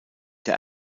der